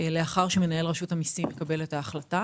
לאחר שמנהל רשות המסים מקבל את ההחלטה